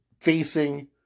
facing